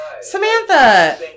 Samantha